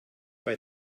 bei